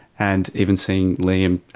and even seeing liam,